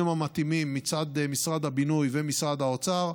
המתאימים מצד משרד הבינוי ומשרד האוצר,